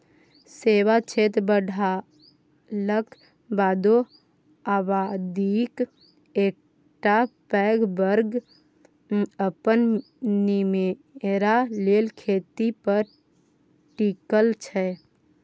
सेबा क्षेत्र बढ़लाक बादो आबादीक एकटा पैघ बर्ग अपन निमेरा लेल खेती पर टिकल छै